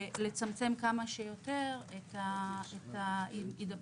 לצמצם כמה שיותר את ההידבקות.